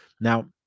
Now